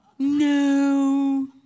No